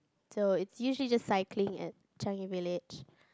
so it's usually just cycling at Changi-Village